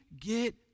get